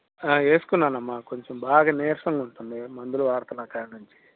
వేసుకున్నాను అమ్మా కొంచెం బాగా నీరసంగా ఉంటుంది మందులు వాడుతున్నకాడనుంచి